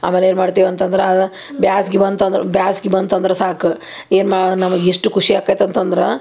ಆಮೇಲೆ ಏನು ಮಾಡ್ತೀವಿ ಅಂತಂದ್ರೆ ಬ್ಯಾಸ್ಗೆ ಬಂತಂದ್ರೆ ಬ್ಯಾಸ್ಗೆ ಬಂತಂದ್ರೆ ಸಾಕು ಏನು ಮಾ ನಮ್ಗೆ ಎಷ್ಟು ಖುಷಿ ಆಗತ್ ಅಂತಂದ್ರೆ